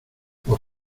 por